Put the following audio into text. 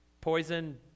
poison